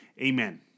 amen